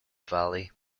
valley